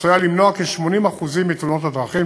עשויה למנוע כ-80% מתאונות הדרכים.